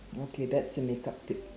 okay that's a makeup tip